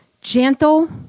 gentle